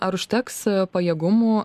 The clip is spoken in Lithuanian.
ar užteks pajėgumų